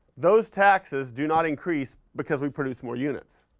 those taxes do not increase because we produce more units.